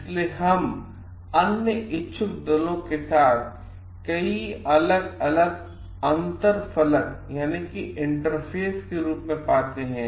इसलिए हम अन्य इच्छुक दलों के साथ कई अलग अलग अंतरफलक के रूप में पाते हैं